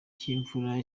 cy’imvura